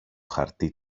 χαρτί